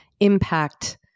impact